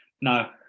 no